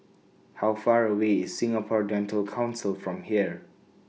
How Far away IS Singapore Dental Council from here